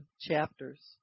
chapters